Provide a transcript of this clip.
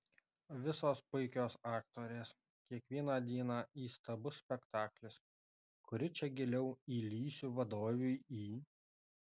visos puikios aktorės kiekvieną dieną įstabus spektaklis kuri čia giliau įlįsiu vadovei į